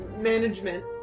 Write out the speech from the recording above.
Management